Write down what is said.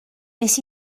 wnes